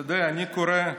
אתה יודע, אני קורא,